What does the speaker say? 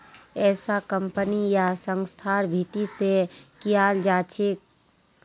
ऐसा कम्पनी या संस्थार भीती से कियाल जा छे